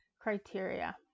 criteria